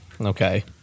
Okay